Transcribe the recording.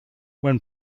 when